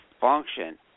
function